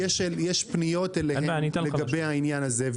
-- האם יש פניות אליהם לגבי העניין הזה?